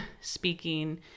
speaking